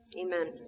Amen